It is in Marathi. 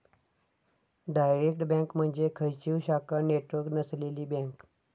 डायरेक्ट बँक म्हणजे खंयचीव शाखा नेटवर्क नसलेली बँक